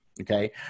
okay